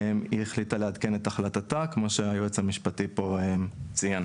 היא החליטה לעדכן את החלטתה כמו שהיועץ המשפטי פה ציין,